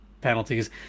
penalties